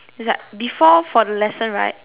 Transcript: it's like before for the lesson right